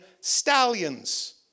stallions